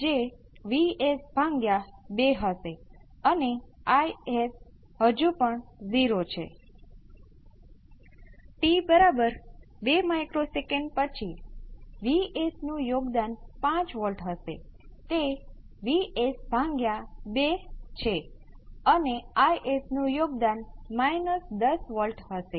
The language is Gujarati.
તેથી V p 1 SCR × exponential st exponential t RC V c of 0